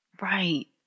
Right